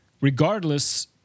Regardless